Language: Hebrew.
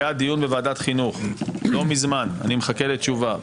היה דיון בוועדת חינוך לא מזמן ואני מחכה לתשובה.